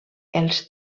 els